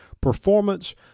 performance